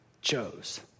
chose